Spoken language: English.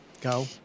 Go